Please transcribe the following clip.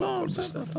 לא, הכל בסדר.